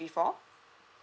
before